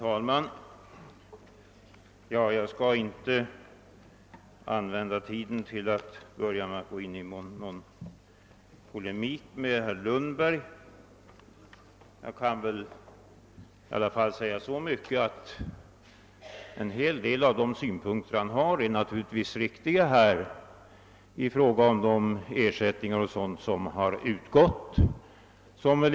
Herr talman! Jag skall inte använda tiden till att gå in i någon polemik med herr Lundberg. Jag kan i alla fall säga så mycket att en hel del av hans synpunkter om de ersättningar som utgått naturligtvis är riktiga.